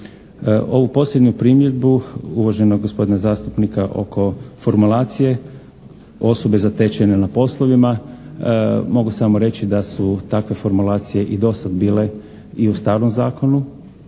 Ovu posljednju primjedbu uvaženog gospodina zastupnika oko formulacije osobe zatečene na poslovima mogu samo reći da su takve formulacije i do sada bile i u starom zakonu,